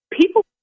people